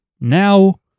now